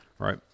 Right